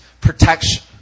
protection